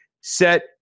set